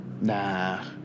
Nah